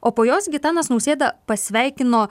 o po jos gitanas nausėda pasveikino